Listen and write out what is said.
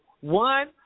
One